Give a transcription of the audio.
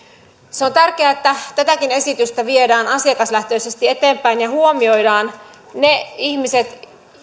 se on tärkeää että tätäkin esitystä viedään asiakaslähtöisesti eteenpäin ja huomioidaan ne ihmiset